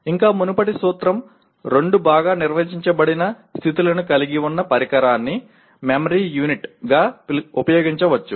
ఇంకా మునుపటి సూత్రం రెండు బాగా నిర్వచించబడిన స్థితులను కలిగి ఉన్న పరికరాన్ని మెమరీ యూనిట్గా ఉపయోగించవచ్చు